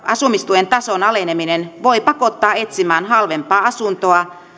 asumistuen tason aleneminen voi pakottaa etsimään halvempaa asuntoa